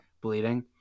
bleeding